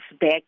back